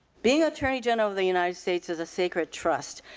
being attorney general of the united states is a sacred trust.